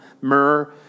myrrh